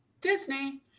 Disney